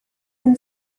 him